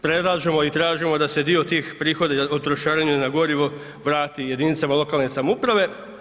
Predlažemo i tražimo da se dio tih prihoda od trošarine na gorivo vrati jedinicama lokalne samouprave.